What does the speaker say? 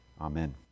Amen